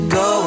go